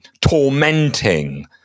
tormenting